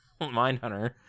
mindhunter